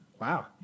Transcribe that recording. Wow